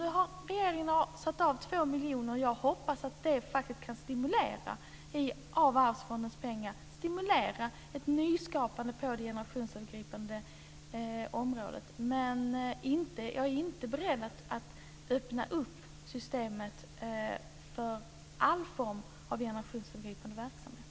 Nu har regeringen avsatt två miljoner av Arvsfondens pengar, och jag hoppas att det faktiskt kan stimulera ett nyskapande på det generationsövergripande området. Men jag är inte beredd att öppna systemet för all form av generationsövergripande verksamhet.